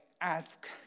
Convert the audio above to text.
ask